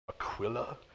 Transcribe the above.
Aquila